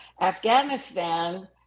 afghanistan